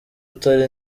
utera